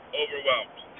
overwhelmed